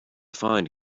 find